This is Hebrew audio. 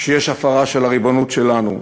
כשיש הפרה של הריבונות שלנו,